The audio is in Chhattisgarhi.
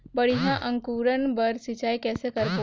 बढ़िया अंकुरण बर सिंचाई कइसे करबो?